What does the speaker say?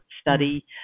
study